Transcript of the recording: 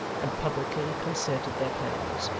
and publicly concerted their plans.